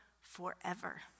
forever